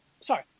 sorry